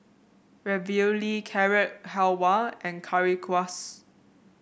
Ravioli Carrot Halwa and Currywurst